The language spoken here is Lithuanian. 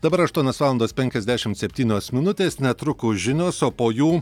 dabar aštuonios valandos penkiasdešimt septynios minutės netrukus žinios o po jų